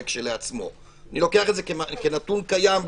כשלעצמו - אני לוקח את זה כנתון קיים,